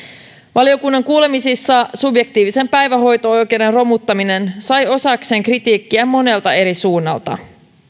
valiokunnan kuulemisissa subjektiivisen päivähoito oikeuden romuttaminen sai osakseen kritiikkiä monelta eri suunnalta